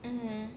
mm